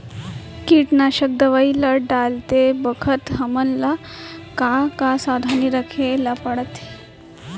कीटनाशक दवई ल डालते बखत हमन ल का का सावधानी रखें ल पड़थे?